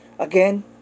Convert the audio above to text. Again